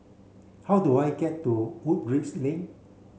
how do I get to Woodleigh Lane